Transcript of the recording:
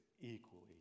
equally